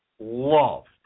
loved